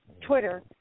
Twitter